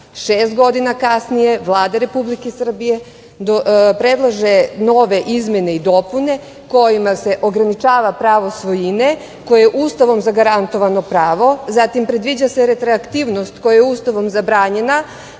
godina kasnije, Vlada Republike Srbije predlaže nove izmene i dopune kojima se ograničava pravo svojine koje je Ustavom zagarantovano pravo. Zatim, predviđa se retreaktivnost koja je Ustavom zabranjena,